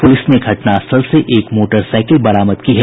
police ने घटनास्थल से एक मोटरसाईकिल बरामद की है